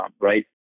right